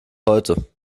heute